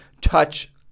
touch